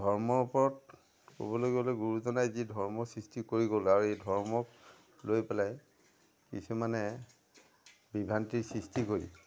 ধৰ্মৰ ওপৰত ক'বলৈ গ'লে গুৰুজনাই যি ধৰ্ম সৃষ্টি কৰি গ'ল আৰু এই ধৰ্মক লৈ পেলাই কিছুমানে বিভ্ৰান্তিৰ সৃষ্টি কৰি